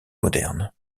moderne